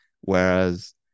Whereas